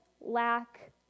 lack